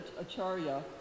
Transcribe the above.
Acharya